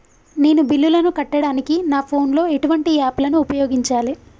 నేను బిల్లులను కట్టడానికి నా ఫోన్ లో ఎటువంటి యాప్ లను ఉపయోగించాలే?